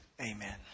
Amen